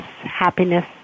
happiness